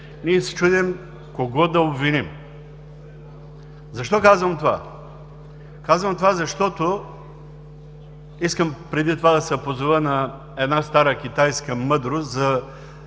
ние се чудим кого да обвиним. Защо казвам това? Искам преди това да се позова на една стара китайска мъдрост